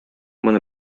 моны